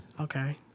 Okay